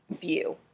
view